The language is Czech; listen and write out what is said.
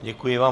Děkuji vám.